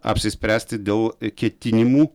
apsispręsti dėl ketinimų